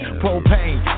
propane